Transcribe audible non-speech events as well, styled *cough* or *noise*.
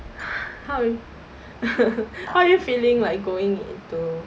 how are you *laughs* how are you feeling like going into